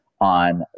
on